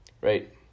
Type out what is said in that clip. right